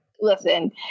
Listen